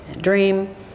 dream